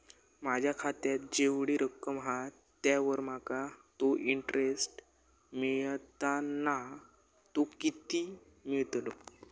माझ्या खात्यात जेवढी रक्कम हा त्यावर माका तो इंटरेस्ट मिळता ना तो किती मिळतलो?